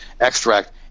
extract